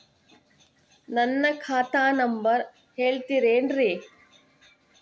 ನನ್ನ ಖಾತಾ ನಂಬರ್ ಹೇಳ್ತಿರೇನ್ರಿ?